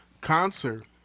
concert